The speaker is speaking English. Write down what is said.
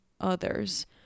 others